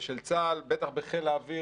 צה"ל, בטח בחיל האוויר.